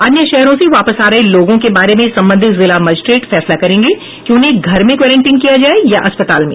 अन्य शहरों से वापस आ रहे लोगों के बारे में संबंधित जिला मजिस्ट्रेट फैसला करेंगे कि उन्हें घर में क्वारंटीन किया जाए या अस्पताल में